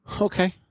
Okay